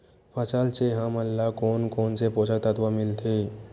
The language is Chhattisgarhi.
फसल से हमन ला कोन कोन से पोषक तत्व मिलथे?